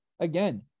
Again